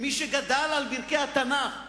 כמי שגדל על ברכי התנ"ך,